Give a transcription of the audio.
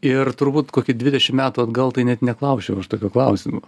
ir turbūt kokį dvidešim metų atgal tai net neklausčiau aš tokio klausimo